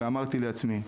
ואמרתי לעצמי,